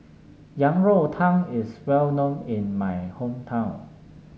Yang Rou Tang is well known in my hometown